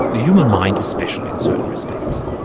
the human mind is special in certain respects.